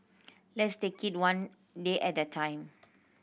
let's take it one day at the time